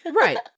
Right